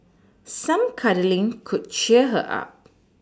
some cuddling could cheer her up